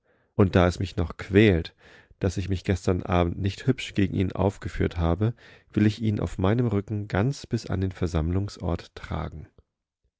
alles belohnenkönnen waserübernachtfürunsausgestandenhat unddaesmich noch quält daß ich mich gestern abend nicht hübsch gegen ihn aufgeführt habe will ich ihn auf meinem rücken ganz bis an den versammlungsort tragen